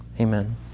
Amen